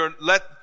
let